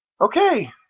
Okay